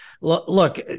look